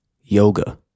yoga